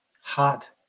hot